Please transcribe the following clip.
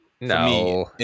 No